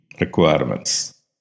requirements